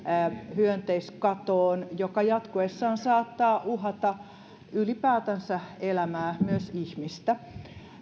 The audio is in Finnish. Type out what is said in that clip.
hyönteiskatoon joka jatkuessaan saattaa uhata ylipäätänsä elämää myös ihmistä